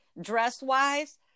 dress-wise